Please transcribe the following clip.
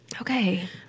Okay